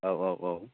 औ